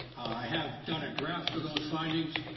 have done a draft of those findings.